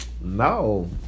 No